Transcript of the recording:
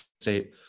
state